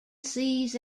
seas